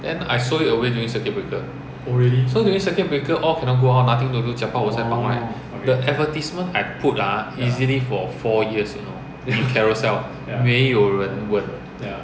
then I sold it away during circuit breaker so during circuit breaker all cannot go out nothing to do jia bah bo sai pang right the advertisement I put ah easily for four years you know on carousell 没有人问